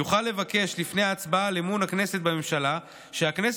יוכל לבקש לפני ההצבעה על אמון הכנסת בממשלה שהכנסת